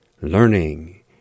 learning